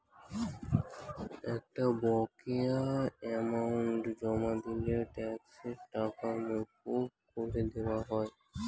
একটা বকেয়া অ্যামাউন্ট জমা দিলে ট্যাক্সের টাকা মকুব করে দেওয়া হয়